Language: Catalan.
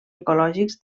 ecològics